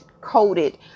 coated